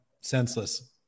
senseless